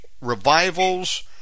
revivals